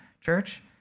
Church